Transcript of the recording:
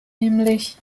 nämlich